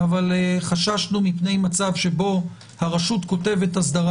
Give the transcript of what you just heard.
אבל חששנו מפני מצב שבו הרשות כותבת אסדרה